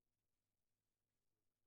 היום 5 בנובמבר 2018, כ"ז בחשוון התשע"ט.